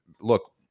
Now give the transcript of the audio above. look